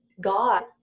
God